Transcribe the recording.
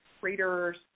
readers